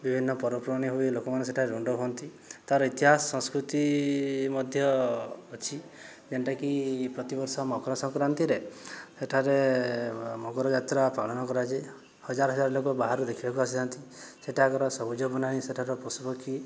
ବିଭିନ୍ନ ପର୍ବପର୍ବାଣୀ ହୁଏ ଲୋକମାନେ ସେଠାରେ ରୁଣ୍ଡ ହୁଅନ୍ତି ତା'ର ଇତିହାସ ସଂସ୍କୃତି ମଧ୍ୟ ଅଛି ଯେଉଁଟାକି ପ୍ରତିବର୍ଷ ମକରସଂକ୍ରାନ୍ତିରେ ସେଠାରେ ମକରଯାତ୍ରା ପାଳନ କରାଯାଏ ହଜାର ହଜାର ଲୋକ ବାହାରୁ ଦେଖିବାକୁ ଆସିଯାନ୍ତି ସେଠାକାର ସବୁଜ ବନାନୀ ସେଠାର ପଶୁପକ୍ଷୀ